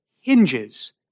hinges